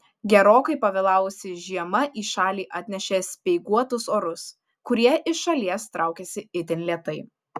gerokai pavėlavusi žiema į šalį atnešė speiguotus orus kurie iš šalies traukiasi itin lėtai